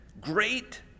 great